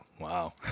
Wow